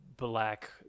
black